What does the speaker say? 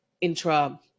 intra